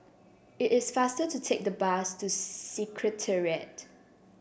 it is faster to take the bus to Secretariat